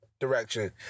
direction